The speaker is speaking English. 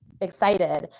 excited